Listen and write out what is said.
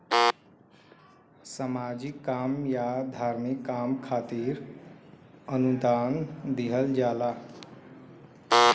सामाजिक काम या धार्मिक काम खातिर अनुदान दिहल जाला